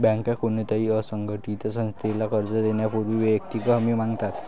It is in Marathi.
बँका कोणत्याही असंघटित संस्थेला कर्ज देण्यापूर्वी वैयक्तिक हमी मागतात